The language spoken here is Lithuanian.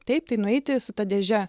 taip tai nueiti su ta dėže